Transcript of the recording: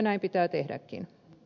näin pitää tehdäkin